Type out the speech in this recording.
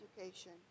education